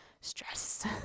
stress